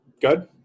Good